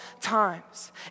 times